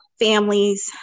families